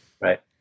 Right